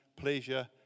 pleasure